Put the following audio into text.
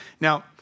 Now